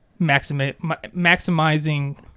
maximizing